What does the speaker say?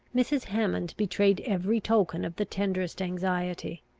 mrs. hammond betrayed every token of the tenderest anxiety.